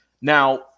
Now